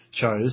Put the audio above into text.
chose